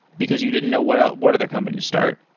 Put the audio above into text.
because you didn't know what ah what other companies start.